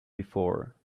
before